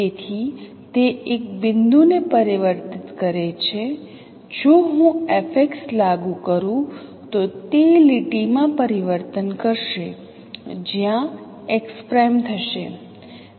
તેથી તે એક બિંદુને પરિવર્તિત કરે છે જો હું Fx લાગુ કરું તો તે લીટીમાં પરિવર્તન કરશે જ્યાં x' થશે